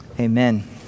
Amen